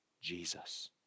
Jesus